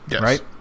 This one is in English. right